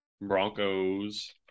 Broncos